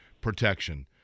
protection